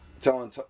telling